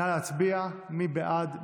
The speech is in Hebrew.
נא להצביע, מי בעד?